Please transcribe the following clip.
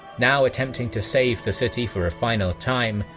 now attempting to save the city for a final time,